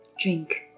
drink